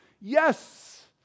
yes